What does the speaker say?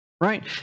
Right